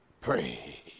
pray